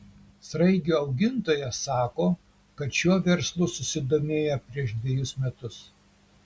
sraigių augintojas sako kad šiuo verslu susidomėjo prieš dvejus metus